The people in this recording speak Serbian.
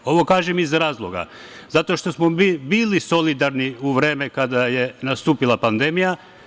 Ovo kažem iz razloga zato što smo mi bili solidarni u vreme kada je nastupila pandemija.